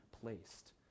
placed